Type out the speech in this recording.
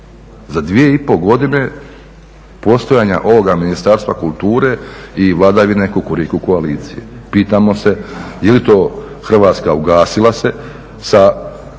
za dvije i pol godine postojanja ovoga Ministarstva kulture i vladavine Kukuriku koalicije. Pitamo se jeli to Hrvatska ugasila se sa